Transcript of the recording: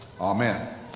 Amen